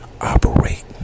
operate